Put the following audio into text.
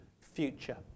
future